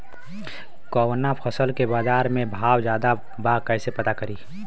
कवना फसल के बाजार में भाव ज्यादा बा कैसे पता करि?